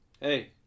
Hey